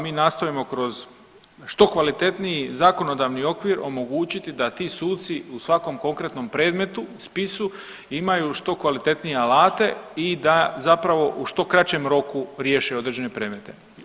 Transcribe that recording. Mi nastojimo kroz što kvalitetniji zakonodavni okvir omogućiti da ti suci u svakom konkretnom predmetu i spisu imaju što kvalitetnije alate i da zapravo u što kraćem roku riješe određene predmete.